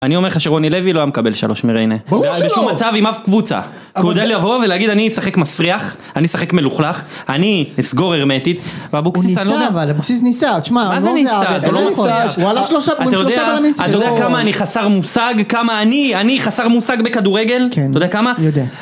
אני אומר לך שרוני לוי לא היה מקבל שלוש מריינה, ברור שלא! זה בשום מצב, עם אף קבוצה. הוא יודע לבוא ולהגיד אני אשחק מסריח. אני אשחק מלוכלך. אני אסגור הרמטית, ואבוקסיס, הוא ניסה אבל, אבוקסיס ניסה. מה זה ניסה? איזה ניסה? אתה יודע כמה אני חסר מושג? כמה אני חסר מושג בכדורגל? אתה יודע כמה?